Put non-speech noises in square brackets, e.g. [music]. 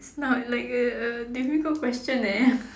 it's not like a uh difficult question eh [laughs]